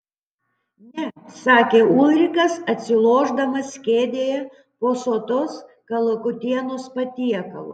ne sakė ulrikas atsilošdamas kėdėje po sotaus kalakutienos patiekalo